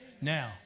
Now